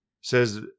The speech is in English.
says